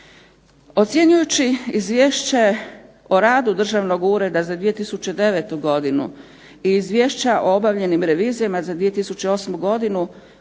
Ocjenjujući Izvješće o radu Državnog ureda za 2009. godinu i Izvješća o obavljenim revizijama za 2008. godinu